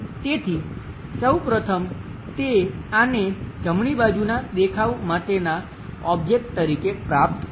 તેથી સૌ પ્રથમ તે આને જમણી બાજુના દેખાવ માટેના ઓબ્જેક્ટ તરીકે પ્રાપ્ત કરશે